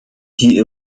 die